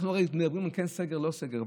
אנחנו הרי מדברים על כן סגר, לא סגר.